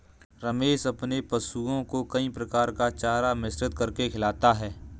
रमेश अपने पशुओं को कई प्रकार का चारा मिश्रित करके खिलाता है